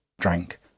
drank